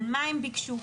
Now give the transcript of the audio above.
על מה הם ביקשו,